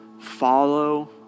follow